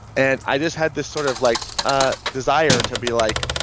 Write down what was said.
and i just had this sort of like ah desire to be like,